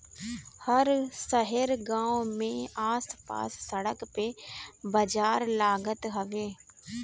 हर शहर गांव में आस पास सड़क पे बाजार लागत हवे